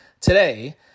today